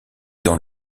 dans